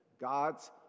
God's